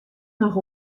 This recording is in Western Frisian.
noch